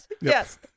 Yes